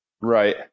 Right